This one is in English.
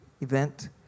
event